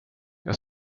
jag